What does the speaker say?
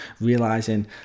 realizing